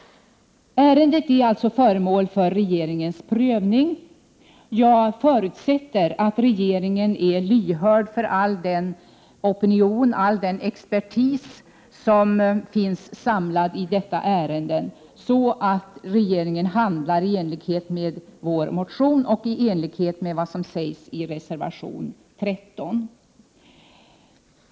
Ärendet är alltså föremål för regeringens prövning. Jag förutsätter att regeringen är lyhörd för all den opinion och all den expertis som finns samlad i detta ärende, så att regeringen handlar i enlighet med vår motion och i enlighet med vad som sägs i reservation 13.